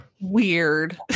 Weird